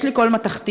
יש לי קול מתכתי,